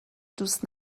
دوست